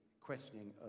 questioning